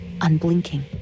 unblinking